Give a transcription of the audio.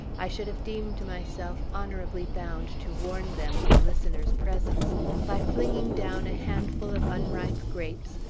i should have deemed myself honorably bound to warn them of a listener's presence by flinging down a handful of unripe grapes,